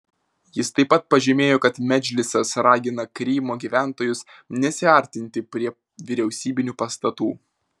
jis taip pat pažymėjo kad medžlisas ragina krymo gyventojus nesiartinti prie vyriausybinių pastatų